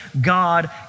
God